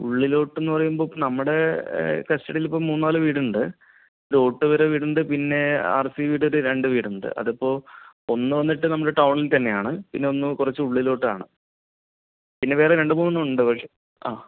ഉള്ളിലോട്ടെന്നു പറയുമ്പോൾ നമ്മുടെ കസ്റ്റഡിയിൽ ഇപ്പോൾ മൂന്നുനാല് വീടുണ്ട് വീടുണ്ട് പിന്നെ ഒരു രണ്ട് വീടുണ്ട് അതിപ്പോൾ ഒന്നു വന്നിട്ട് നമ്മുടെ ടൗണിൽ തന്നെയാണ് പിന്നെ ഒന്ന് കുറച്ച് ഉള്ളിലോട്ടാണ് പിന്നെ വേറെ രണ്ട് മൂന്ന് ഉണ്ട് പക്ഷേ ആ